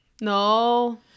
No